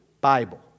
Bible